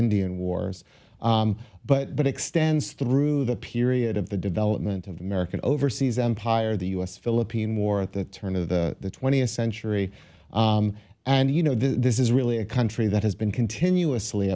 indian wars but extends through the period of the development of american overseas empire the u s philippine war at the turn of the twentieth century and you know this is really a country that has been continuously